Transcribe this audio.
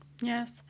Yes